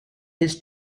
his